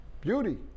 Beauty